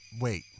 wait